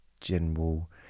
general